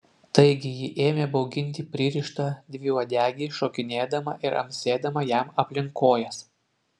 taigi ji ėmė bauginti pririštą dviuodegį šokinėdama ir amsėdama jam aplink kojas